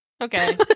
Okay